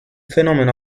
fenomeno